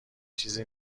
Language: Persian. چیزی